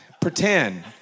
pretend